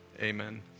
Amen